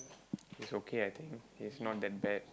it's okay I think it's not that bad